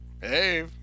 hey